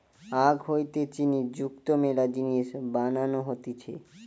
আখ হইতে চিনি যুক্ত মেলা জিনিস বানানো হতিছে